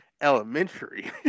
elementary